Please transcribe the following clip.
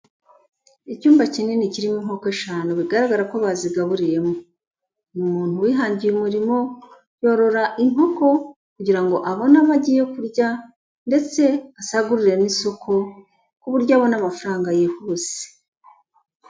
Icyumba kinini kirimo inkoko eshanu bigaragara ko bazigaburiyemo, ni umuntu wihangiye umurimo, yorora inkoko kugira ngo abone amagi yo kurya ndetse asagurire n'isoko ku buryo abona amafaranga yihuse.